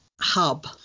hub